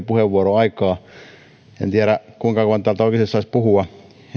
puheenvuoroaikaa en tiedä kuinka kauan täältä oikeasti saisi puhua